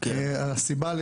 הסיבה לכך,